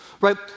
Right